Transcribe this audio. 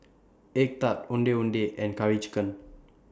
Egg Tart Ondeh Ondeh and Curry Chicken